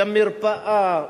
במרפאה,